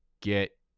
Get